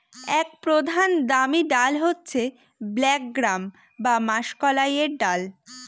এক প্রধান দামি ডাল হচ্ছে ব্ল্যাক গ্রাম বা মাষকলাইর দল